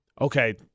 Okay